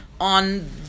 on